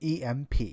EMP